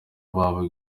baba